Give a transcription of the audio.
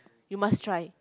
you must try